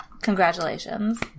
Congratulations